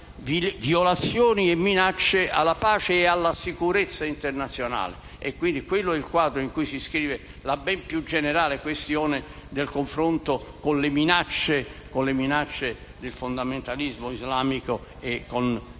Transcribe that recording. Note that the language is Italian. violazioni e minacce alla pace e alla sicurezza internazionale. Quindi, quello è il quadro in cui si inscrive la ben più generale questione del confronto con le minacce del fondamentalismo islamico e con la guerra